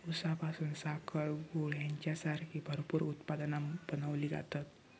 ऊसापासून साखर, गूळ हेंच्यासारखी भरपूर उत्पादना बनवली जातत